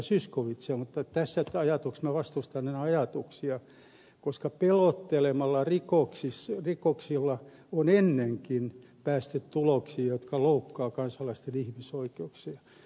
zyskowiczia mutta tässä vastustan hänen ajatuksiaan koska pelottelemalla rikoksilla on ennenkin päästy tuloksiin jotka loukkaavat kansalaisten ihmisoikeuksia